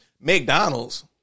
McDonald's